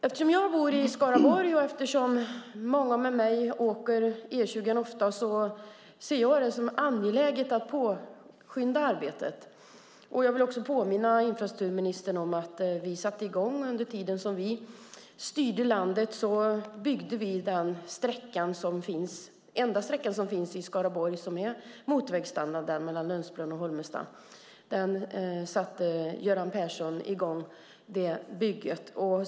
Eftersom jag bor i Skaraborg och eftersom många med mig åker E20 ofta ser jag det som angeläget att påskynda arbetet. Jag vill också påminna infrastrukturministern om att under den tid som vi styrde landet byggde vi den enda sträcka som har motorvägsstandard som finns i Skaraborg, nämligen den mellan Lundsbrunn och Holmestad. Det bygget satte Göran Persson i gång.